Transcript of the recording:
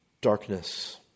darkness